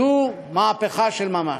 זו מהפכה של ממש: